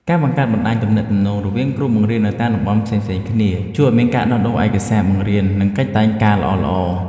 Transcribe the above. ការបង្កើតបណ្តាញទំនាក់ទំនងរវាងគ្រូបង្រៀននៅតាមតំបន់ផ្សេងៗគ្នាជួយឱ្យមានការដោះដូរឯកសារបង្រៀននិងកិច្ចតែងការល្អៗ។